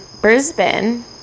Brisbane